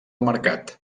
mercat